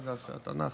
מה זה, התנ"ך?